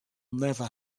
never